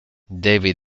david